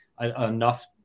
enough